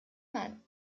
mann